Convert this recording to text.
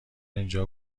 اینجا